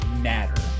matter